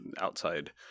outside